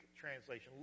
translation